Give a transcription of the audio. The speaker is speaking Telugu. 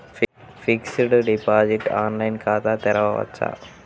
ఫిక్సడ్ డిపాజిట్ ఆన్లైన్ ఖాతా తెరువవచ్చా?